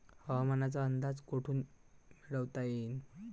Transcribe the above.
हवामानाचा अंदाज कोठून मिळवता येईन?